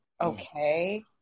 Okay